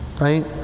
Right